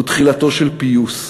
הוא תחילתו של פיוס.